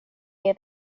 year